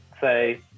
say